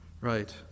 Right